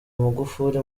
magufuli